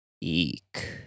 Eek